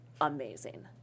amazing